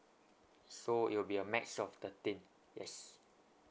so it will be a max of thirteen yes